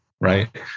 right